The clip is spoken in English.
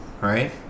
right